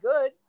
good